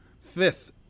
Fifth